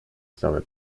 same